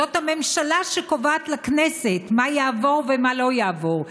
זאת הממשלה שקובעת לכנסת מה יעבור ומה לא יעבור.